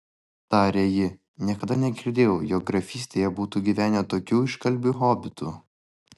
tarė ji niekada negirdėjau jog grafystėje būtų gyvenę tokių iškalbių hobitų